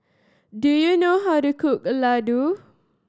do you know how to cook laddu